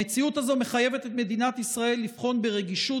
המציאות הזאת מחייבת את מדינת ישראל לבחון ברגישות,